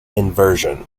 inversion